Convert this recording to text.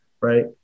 right